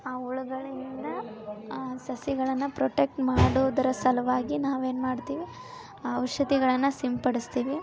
ಆ ಹುಳಗಳಿಂದ ಆ ಸಸಿಗಳನ್ನು ಪ್ರೊಟೆಕ್ಟ್ ಮಾಡೋದರ ಸಲುವಾಗಿ ನಾವೇನು ಮಾಡ್ತೀವಿ ಆ ಔಷಧಿಗಳನ್ನ ಸಿಂಪಡಿಸ್ತೀವಿ